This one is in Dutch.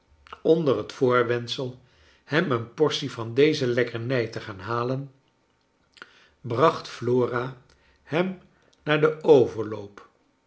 onder het voorwendsel hem een portie van deze lekkernij te gaan halen bracht flora hem naar den overloop